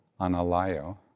Analayo